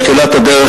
בתחילת הדרך,